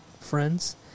friends